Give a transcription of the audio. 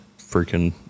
freaking